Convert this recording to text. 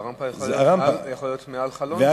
והרמפה יכולה להיות מעל חלון של,